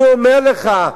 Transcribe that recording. אני אומר לך,